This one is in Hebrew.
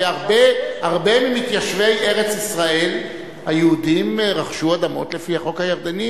הרבה ממתיישבי ארץ-ישראל היהודים רכשו אדמות לפי החוק הירדני,